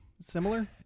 Similar